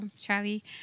Charlie